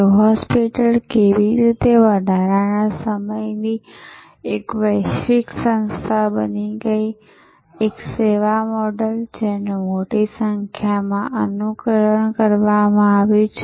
તે હોસ્પિટલ કેવી રીતે વધારાના સમયની એક વૈશ્વિક સંસ્થા બની ગઈ એક સેવા મોડેલ જેનુ મોટી સંખ્યામાં અનુકરણ કરવામાં આવ્યું છે